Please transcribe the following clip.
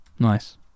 Nice